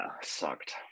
Sucked